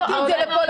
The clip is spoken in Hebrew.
יש פה הרבה מאוד